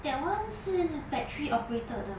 that one 是 battery operated 的